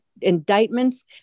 indictments